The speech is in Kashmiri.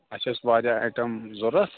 اَسہِ أسۍ واریاہ ایٹَم ضروٗرت